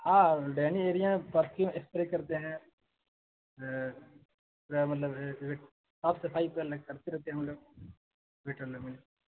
ہاں dining area میں perfume spray کرتے ہیں مطلب صاف صفائی کرتے رہتے ہیں ہم لوگ ویٹر لوگ